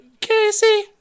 casey